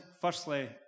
Firstly